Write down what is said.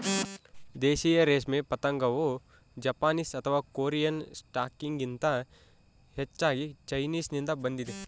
ದೇಶೀಯ ರೇಷ್ಮೆ ಪತಂಗವು ಜಪಾನೀಸ್ ಅಥವಾ ಕೊರಿಯನ್ ಸ್ಟಾಕ್ಗಿಂತ ಹೆಚ್ಚಾಗಿ ಚೈನೀಸ್ನಿಂದ ಬಂದಿದೆ